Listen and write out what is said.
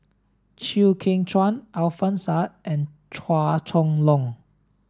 Chew Kheng Chuan Alfian Sa'at and Chua Chong Long